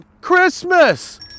Christmas